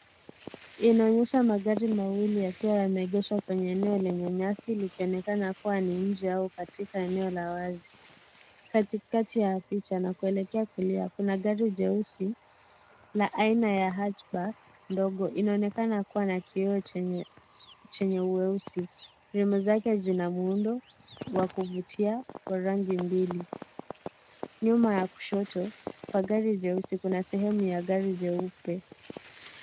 Inaonyesha magari mawili yakiwa yameegeshwa kwenye eneo lenye nyasi likionekana kuwa ni nje au katika eneo la wazi . Katikati ya picha na kuelekea kulia kuna gari jeusi la aina ya hatchback ndogo inaonekaa kuwa na kioo chenye ueusi rimu zake zina muundo wa kuvutia wa rangi mbili. Nyuma ya kushoto kwa gari jeusi kunasehemu ya gari jeupe.